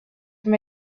from